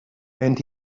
and